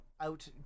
out